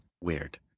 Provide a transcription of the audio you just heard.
weird